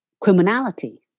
criminality